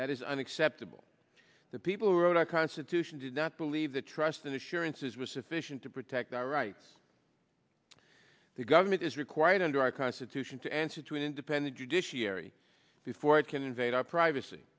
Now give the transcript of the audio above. that is unacceptable the people who wrote our constitution did not believe that trust and assurances were sufficient to protect our rights the government is required under our constitution to answer to an independent judiciary before it can invade our privacy